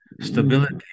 stability